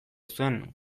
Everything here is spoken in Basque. zuen